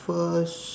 first